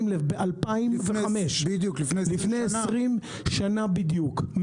שים לב, ב-2005, לפני 20 שנה בדיוק.